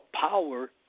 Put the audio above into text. power